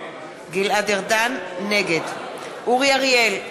נגד אורי אריאל,